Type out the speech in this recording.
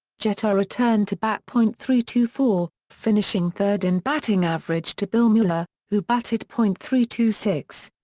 jeter returned to bat point three two four, finishing third in batting average to bill mueller, who batted point three two six.